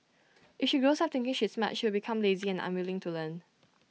if she grows up thinking she's smart she'll become lazy and unwilling to learn